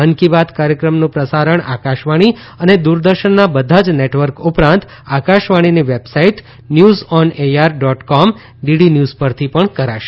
મન કી બાત કાર્યક્રમનું પ્રસારણ આકાશવાણી અને દુરદર્શનના બધા જ નેટવર્ક ઉપરાંત આકાશવાણીની website news on air dot com DD news પરથી પણ કરાશે